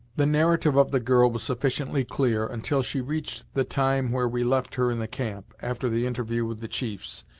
the narrative of the girl was sufficiently clear, until she reached the time where we left her in the camp, after the interview with the chiefs,